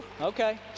Okay